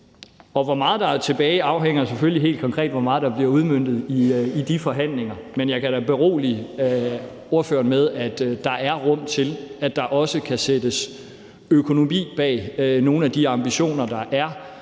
Og hvor meget der er tilbage, afhænger selvfølgelig helt konkret af, hvor meget der bliver udmøntet i de forhandlinger. Men jeg kan da berolige ordføreren med, at der også er plads til, at der kan sættes økonomi bag nogle af de ambitioner, der er,